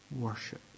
worship